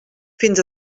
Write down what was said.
fins